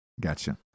gotcha